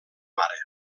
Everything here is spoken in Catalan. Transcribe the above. mare